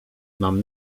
mam